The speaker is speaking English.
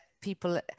people